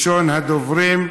ראשון הדוברים,